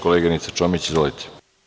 Koleginice Čomić, izvolite.